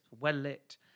well-lit